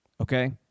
okay